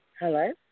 Hello